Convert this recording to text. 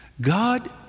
God